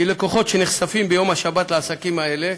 כי לקוחות שנחשפים ביום השבת לעסקים האלה,